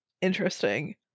interesting